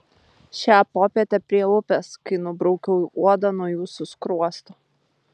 šią popietę prie upės kai nubraukiau uodą nuo jūsų skruosto